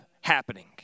happening